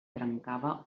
trencava